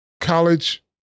college